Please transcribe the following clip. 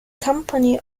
company